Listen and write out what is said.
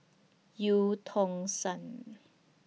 EU Tong Sun